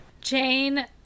jane